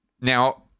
now